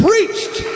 preached